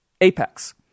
apex